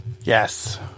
Yes